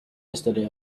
yesterday